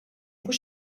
fuq